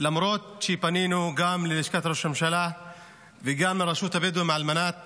למרות שפנינו גם ללשכת ראש הממשלה וגם לרשות הבדואים על מנת